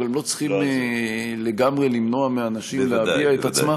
אנחנו גם לא צריכים לגמרי למנוע מאנשים להביע את עצמם.